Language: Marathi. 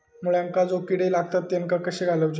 मुळ्यांका जो किडे लागतात तेनका कशे घालवचे?